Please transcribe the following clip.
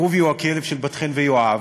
כרובי הוא הכלב של בת-חן ויואב,